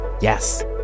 yes